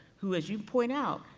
who as you point out,